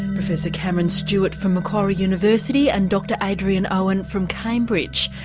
professor cameron stewart from macquarie university and dr adrian owen from cambridge.